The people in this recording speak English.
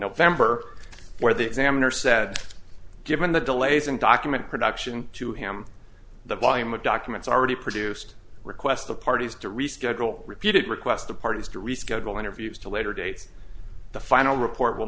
november where the examiner said given the delays in document production to him the volume of documents already produced requests the parties to reschedule repeated requests the parties to reschedule interviews to later dates the final report will